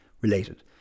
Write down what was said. related